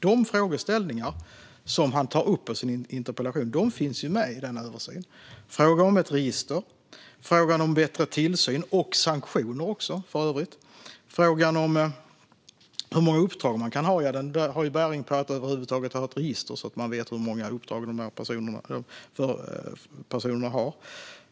De frågeställningar som Mikael Eskilandersson tar upp i sin interpellation finns med i översynen: frågan om ett register, frågan om bättre tillsyn och för övrigt också sanktioner, och frågan om hur många uppdrag en person kan ha. Denna fråga har bäring på att över huvud taget ha ett register så att man vet hur många uppdrag personerna har.